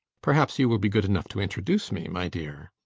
perhaps you will be good enough to introduce me, my dear.